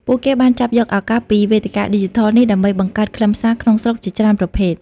ពួកគេបានចាប់យកឱកាសពីវេទិកាឌីជីថលនេះដើម្បីបង្កើតខ្លឹមសារក្នុងស្រុកជាច្រើនប្រភេទ។